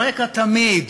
ברקע תמיד